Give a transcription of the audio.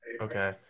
Okay